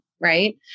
Right